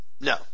no